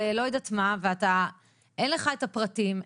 ואין לך את הפרטים,